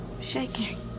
shaking